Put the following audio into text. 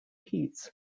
heats